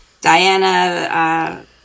Diana